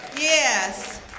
Yes